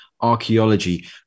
Archaeology